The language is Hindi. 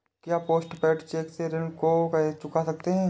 क्या पोस्ट पेड चेक से ऋण को चुका सकते हैं?